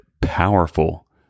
powerful